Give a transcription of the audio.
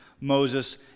Moses